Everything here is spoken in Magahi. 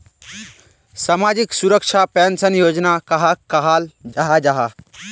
सामाजिक सुरक्षा पेंशन योजना कहाक कहाल जाहा जाहा?